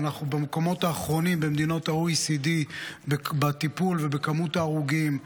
ואנחנו במקומות האחרונים במדינות ה-OECD בטיפול ובמספר ההרוגים.